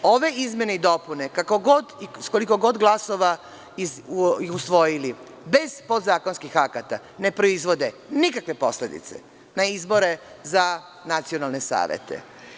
Ove izmene i dopune kako god i sa koliko god glasova usvojili bez podzakonskih akata ne proizvode nikakve posledice na izbore na nacionalne savete.